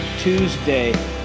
Tuesday